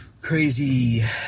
crazy